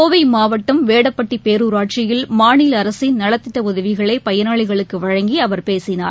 கோவைமாவட்டம் வேடப்பட்டிபேரூராட்சியில் மாநிலஅரசின் நலத்திட்டஉதவிகளைபயனாளிகளுக்கவழங்கிஅவர் பேசினார்